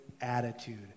attitude